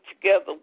together